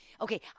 okay